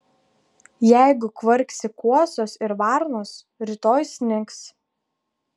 jeigu kvarksi kuosos ir varnos rytoj snigs